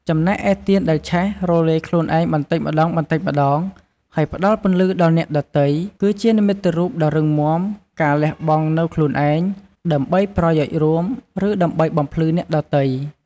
ចំណែកឯទៀនដែលឆេះ រលាយខ្លួនឯងបន្តិចម្តងៗ ហើយផ្តល់ពន្លឺដល់អ្នកដទៃ គឺជានិមិត្តរូបដ៏រឹងមាំនៃ ការលះបង់នូវខ្លួនឯង ដើម្បីប្រយោជន៍រួម ឬដើម្បីបំភ្លឺអ្នកដទៃ។